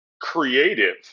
creative